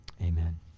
amen